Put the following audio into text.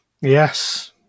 Yes